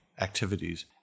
activities